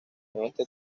este